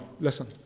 Listen